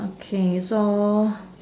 okay so